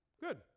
good